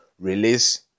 release